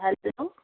hello